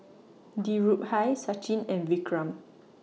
Dhirubhai Sachin and Vikram